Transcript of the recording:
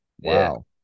wow